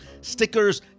stickers